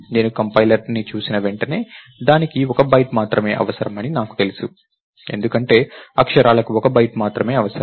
నేను కంపైలర్ని చూసిన వెంటనే దానికి ఒక బైట్ మాత్రమే అవసరమని దానికి తెలుసు ఎందుకంటే అక్షరాలకు ఒక బైట్ మాత్రమే అవసరం